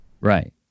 Right